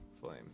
Flames